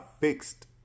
fixed